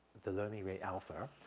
the learning rate alpha,